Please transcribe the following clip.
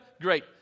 Great